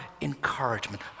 encouragement